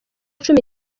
cumi